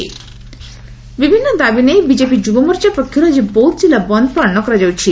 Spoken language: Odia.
ବନ୍ଦ ଡାକରା ବିଭିନ୍ନ ଦାବି ନେଇ ବିଜେପି ଯୁବମୋର୍ଚ୍ଚା ପକ୍ଷରୁ ଆକି ବୌଦ୍ଧ କିଲ୍ଲ ବନ୍ଦ ପାଳନ କରାଯାଉଛି